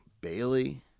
Bailey